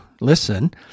listen